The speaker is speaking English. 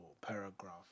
paragraph